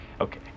Okay